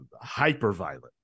hyper-violent